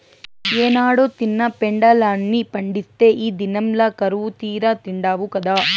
ఏనాడో తిన్న పెండలాన్ని పండిత్తే ఈ దినంల కరువుతీరా తిండావు గదా